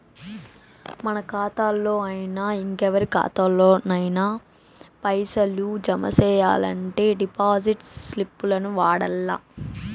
మన కాతాల్లోనయినా, ఇంకెవరి కాతాల్లోనయినా పైసలు జమ సెయ్యాలంటే డిపాజిట్ స్లిప్పుల్ని వాడల్ల